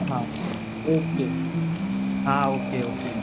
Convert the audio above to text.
हाँ okay हाँ okay ओ के